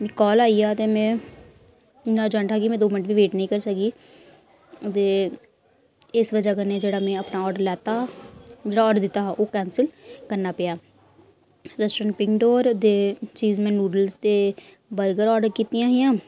मिगी कॉल आई गेआ ते मै इन्ना अरजेंट हा कि मै दो मैन्ट बी वेट नेईं करी सकी ते इस बजह कन्नै जेह्ड़ा मै अपना आर्डर लैता जेह्ड़ा आर्डर दित्ता हा ओह् कैंसल करना पेआ रेस्टुरेंट पिन डोर दे चीज़ मै नुडल्स ते बर्गर आर्डर कीतियां हियां